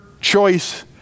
choice